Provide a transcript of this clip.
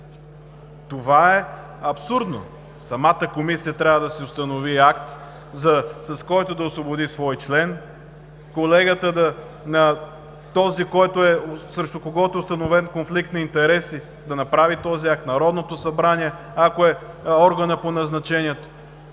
Това е абсурдно! Самата Комисия трябва да си установи акт, с който да освободи свой член, колегата, срещу когото е установен конфликт на интереси, да направи този акт, Народното събрание, ако е органът по назначението.